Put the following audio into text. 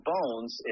Bones